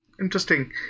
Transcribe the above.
Interesting